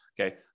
Okay